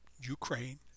Ukraine